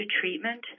treatment